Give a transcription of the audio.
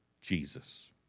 jesus